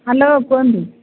hello କୁହନ୍ତୁ